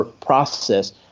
process